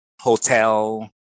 hotel